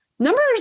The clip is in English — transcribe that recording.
Numbers